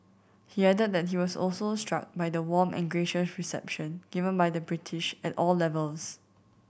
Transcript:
he added that he was also struck by the warm and gracious reception given by the British at all levels